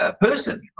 person